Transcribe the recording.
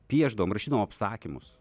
piešdavome rašydavom apsakymus